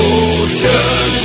ocean